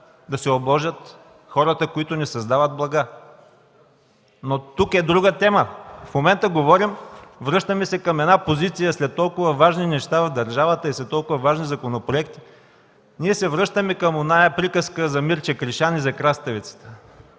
да се обложат хората, които не създават блага. Но тук е друга тема. В момента говорим, връщаме се към една позиция след толкова важни неща в държавата и след толкова важен законопроект, към онази приказка за Мирча Кришан и за краставицата,